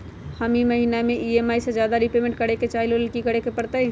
हम ई महिना में ई.एम.आई से ज्यादा रीपेमेंट करे के चाहईले ओ लेल की करे के परतई?